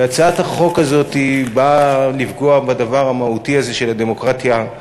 והצעת החוק הזאת באה לפגוע בדבר המהותי הזה של הדמוקרטיה.